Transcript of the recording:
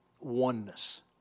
oneness